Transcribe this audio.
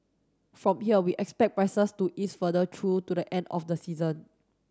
from here we expect prices to ease further through to the end of the season